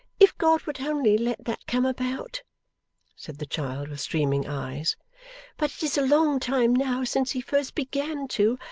if god would only let that come about said the child with streaming eyes but it is a long time now, since he first began to